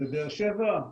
בבאר שבע?